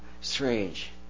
Strange